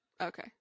Okay